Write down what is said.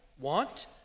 want